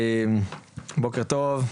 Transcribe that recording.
בוקר טוב,